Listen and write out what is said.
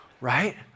Right